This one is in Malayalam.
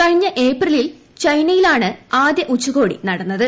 കഴിഞ്ഞ ഏപ്രിലിൽ ചൈനയിലാണ് ആദ്യ ഉച്ചകോടി നടന്നത്